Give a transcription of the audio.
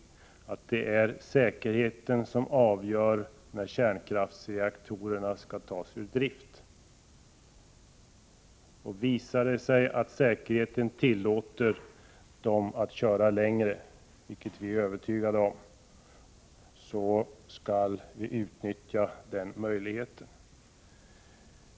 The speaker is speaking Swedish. Det är säkerheten som avgör när kärnkraftsreaktorerna skall tas ut drift. Visar det sig att säkerheten tillåter att reaktorerna körs längre — vilket vi är övertygade om kommer att bli fallet — skall vi utnyttja den möjligheten.